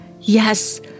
Yes